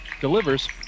delivers